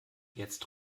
jetzt